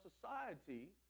society